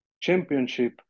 championship